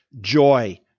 joy